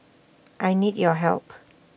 I need your help